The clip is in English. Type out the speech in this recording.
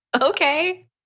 Okay